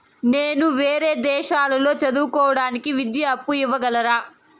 నేను వేరే దేశాల్లో చదువు కోవడానికి విద్యా అప్పు ఇవ్వగలరా?